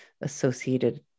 associated